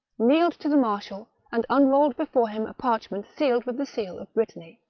knelt to the marshal, and unrolled before him a parchment sealed with the seal of brittany.